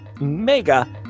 mega